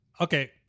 okay